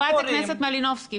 חברת הכנסת מלינובסקי,